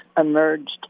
emerged